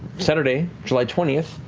saturday, july twentieth,